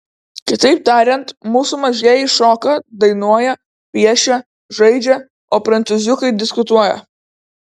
kitaip tariant mūsų mažieji šoka dainuoja piešia žaidžia o prancūziukai diskutuoja